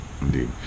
indeed